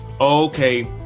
okay